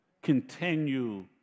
continue